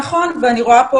אני רואה את